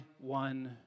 one